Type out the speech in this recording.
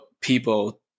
people